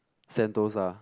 sentosa